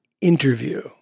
interview